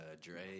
Dre